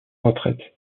retraite